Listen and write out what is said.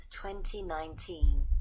2019